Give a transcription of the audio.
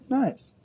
nice